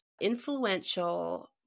influential